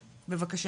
בבקשה.